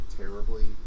terribly